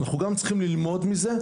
אנחנו צריכים ללמוד מזה,